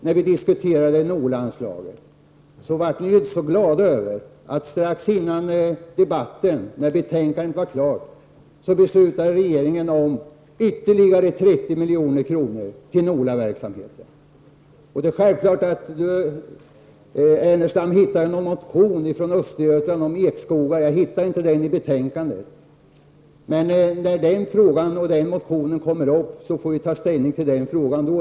När vi då diskuterade NOLA-anslaget var ni inte så glada över att regeringen strax före debatten, då betänkandet var färdigt, beslutade att anslå ytterligare 30 milj.kr. till NOLA-verksamheten. Lars Ernestam talar om en motion om ekskogar i Östergötland. Jag kan 43 inte finna att den behandlats i betänkandet. Men när motionen kommer upp till behandling får vi naturligtvis ta ställning till den frågan.